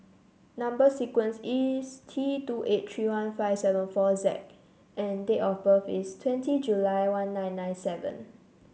number sequence is T two eight three one five seven four Z and date of birth is twenty July one nine nine seven